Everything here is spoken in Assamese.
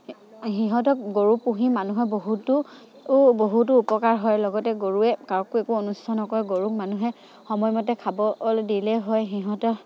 সিহঁতক গৰু পুহি মানুহে বহুতো বহুতো উপকাৰ হয় লগতে গৰুৱে কাকো একো অনিষ্ট নকৰে গৰুক মানুহে সময়মতে খাবলে দিলেই হয় সিহঁতৰ